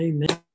Amen